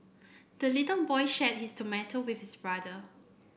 the little boy shared his tomato with his brother